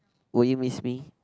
will you miss me